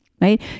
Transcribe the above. right